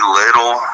little